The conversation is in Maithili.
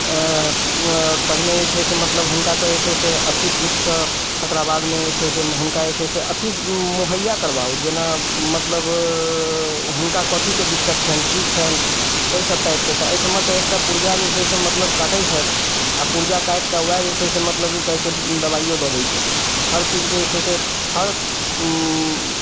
अऽ मऽ पहिने जे छै से मतलब हुनकासँ जे छै से अथी पुछि कऽ तकरा बादमे जे छै से हुनका जे छै से अथी मुहैया करबाउ जेना मतलब हुनका कथीके दिक्कत छनि की छनि ओइ सभ टाइपके तऽ अहिठमा तऽ एकटा पुर्जा जे छै से मतलब कटै छथि आओर पुर्जा काटिकऽ वएह जे छै से मतलब ई कहै छै दबाइयो दऽ दै छथि हर चीजके जे छै से हर